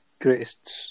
Greatest